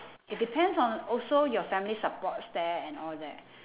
it depends on also your family supports that and all that